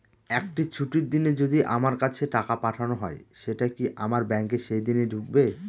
একটি ছুটির দিনে যদি আমার কাছে টাকা পাঠানো হয় সেটা কি আমার ব্যাংকে সেইদিন ঢুকবে?